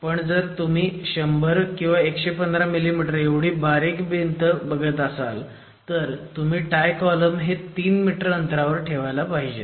पण जर तुम्ही 100 किंवा 115 मिमी एवढी बारीक भिंत बघत असाल तर तुम्ही टाय कॉलम हे 3 मीटर अंतरावर ठेवायला पाहीजेत